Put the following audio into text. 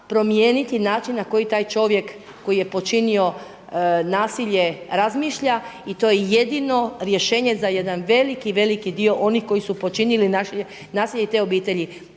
promijeniti način na koji taj čovjek koji je počinio nasilje razmišlja i to je jedino rješenje za jedan veliki, veliki dio onih koji su počinili nasilje te obitelji.